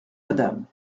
madame